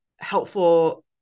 helpful